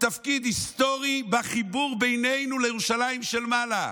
תפקיד היסטורי בחיבור בינינו לירושלים של מעלה.